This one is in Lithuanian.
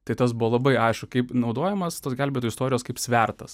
tai tas buvo labai aišku kaip naudojamas tos gelbėtų istorijos kaip svertas